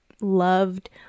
loved